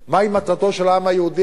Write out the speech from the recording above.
מהי מטרתו של העם היהודי?